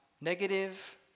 negative